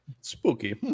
Spooky